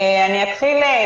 ולעילא.